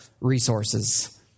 resources